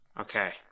Okay